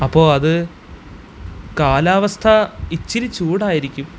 അപ്പോള് അത് കാലാവസ്ഥ ഇച്ചിരി ചൂടായിരിക്കും